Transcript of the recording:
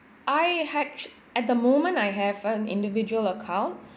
I had at the moment I have an individual account